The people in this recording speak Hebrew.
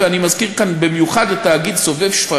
ואני מזכיר כאן במיוחד את תאגיד סובב-שפרעם.